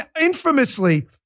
infamously